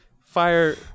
Fire